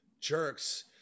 jerks